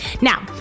Now